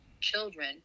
children